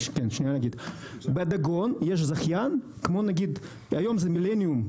בדגון יש זכיין, היום זה מילניום.